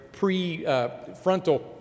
prefrontal